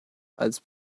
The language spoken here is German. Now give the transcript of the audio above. als